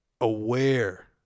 aware